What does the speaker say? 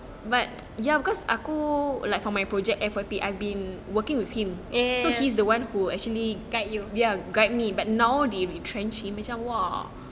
guide you